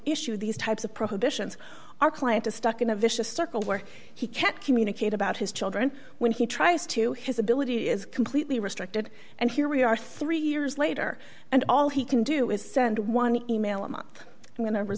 issue these types of prohibitions our client is stuck in a vicious circle where he can't communicate about his children when he tries to his ability is completely restricted and here we are three years later and all he can do is send one email